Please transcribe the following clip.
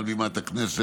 מעל בימת הכנסת,